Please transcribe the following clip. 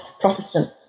Protestants